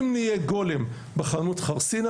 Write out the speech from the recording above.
אם נהיה גולם בחנות חרסינה,